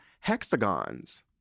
hexagons